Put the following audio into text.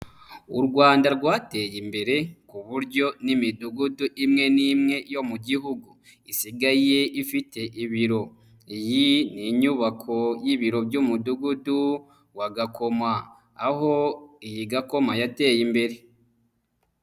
U Rwanda rwateye imbere ku buryo n'imidugudu imwe nimwe yo mu gihugu isigaye ifite ibiro, iyi ni inyubako y'ibiro by'umudugudu wa Gakoma, aho iyi Gakoma yateye imbere.